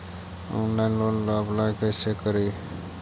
Online loan ला apply कैसे करी?